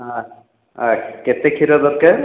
ହଁ ଆଚ୍ଛା କେତେ କ୍ଷୀର ଦରକାର